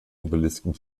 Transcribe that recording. obelisken